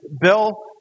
bill